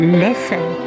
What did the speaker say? listen